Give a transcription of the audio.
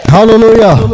Hallelujah